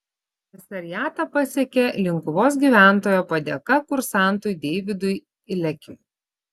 komisariatą pasiekė linkuvos gyventojo padėka kursantui deividui ilekiui